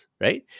right